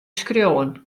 skriuwen